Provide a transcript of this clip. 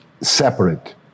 separate